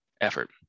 effort